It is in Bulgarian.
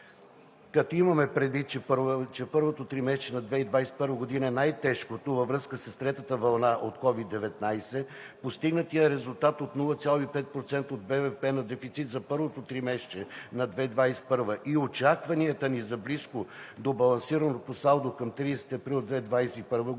като имаме предвид, че първото тримесечие на 2021 г. е най-тежкото във връзка с третата вълна от COVID-19. Постигнатият резултат от 0,5% от брутния вътрешен продукт на дефицит за първото тримесечие на 2021 г. и очакванията ни за близко до балансираното салдо към 30 април 2021 г. ни